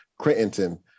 Crittenton